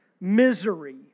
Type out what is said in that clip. misery